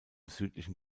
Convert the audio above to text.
südlichen